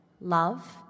love